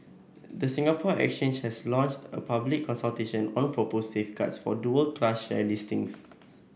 the Singapore Exchange has launched a public consultation on proposed safeguards for dual class share listings